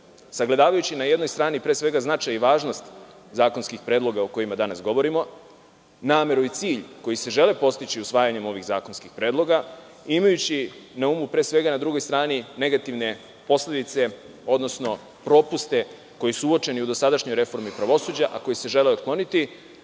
sagledavajući, na jednoj strani, značaj i važnost zakonskih predloga o kojima danas govorimo, nameru i cilj koji se žele postići usvajanjem ovih zakonskih predloga, a imajući na umu, na drugoj strani, negativne posledice, odnosno propuste koji su uočeni u dosadašnjoj reformi pravosuđa, a koji se žele otkloniti,